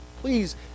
please